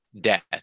death